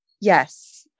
yes